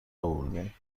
آوردین